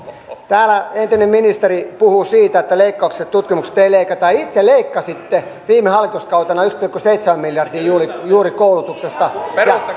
täällä entinen ministeri puhui siitä että tutkimuksesta ei leikata itse leikkasitte viime hallituskautena yksi pilkku seitsemän miljardia juuri juuri koulutuksesta